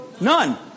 None